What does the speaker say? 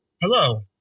Hello